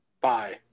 bye